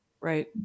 Right